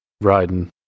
riding